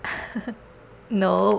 nope